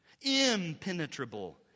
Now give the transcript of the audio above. impenetrable